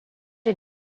est